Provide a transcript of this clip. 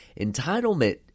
entitlement